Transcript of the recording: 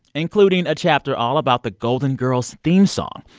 including a chapter all about the golden girls' theme song.